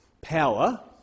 power